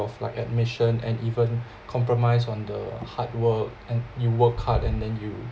of like admission and even compromise on the hard work and you work hard and then you